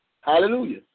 Hallelujah